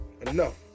enough